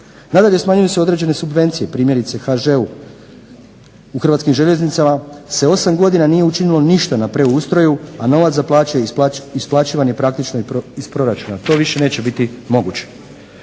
Nadalje, smanjuju se određene subvencije primjerice HŽ-u. U Hrvatskim željeznicama se 8 godina nije učinilo ništa na preustroju, a novac za plaće isplaćivan je praktično iz proračuna. To više neće biti moguće.